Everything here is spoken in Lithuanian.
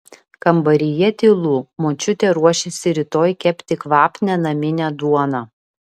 kambaryje tylu močiutė ruošiasi rytoj kepti kvapnią naminę duoną